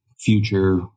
future